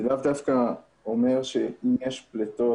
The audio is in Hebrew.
זה לאו דווקא אומר שאם יש פליטות,